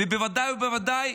ובוודאי ובוודאי,